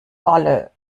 alle